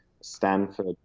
Stanford